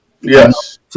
Yes